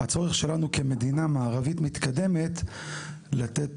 הצורך שלנו כמדינה מערבית מתקדמת לתת